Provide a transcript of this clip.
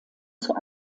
zur